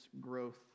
growth